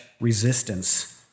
resistance